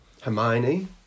Hermione